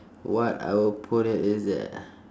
what I will put it is that